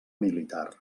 militar